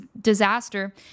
disaster